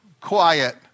quiet